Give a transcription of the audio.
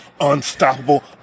Unstoppable